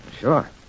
Sure